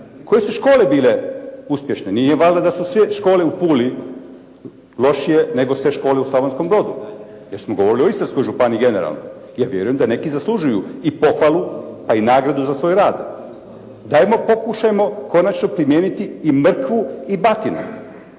Koje su škole bile uspješne? Nije valjda da su sve škole u Puli lošije nego sve škole u Slavonskom Brodu. Jer smo govorili o Istarskoj županiji generalno. Ja vjerujem da neki zaslužuju i pohvalu pa i nagradu za svoj rad. Pa 'ajmo pokušajmo konačno primijeniti i mrkvu i batinu.